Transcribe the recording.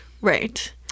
right